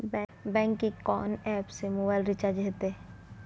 Bank के कोन app से मोबाइल रिचार्ज हेते?